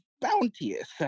bounteous